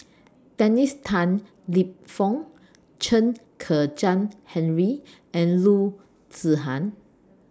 Dennis Tan Lip Fong Chen Kezhan Henri and Loo Zihan